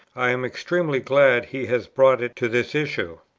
i am extremely glad he has brought it to this issue.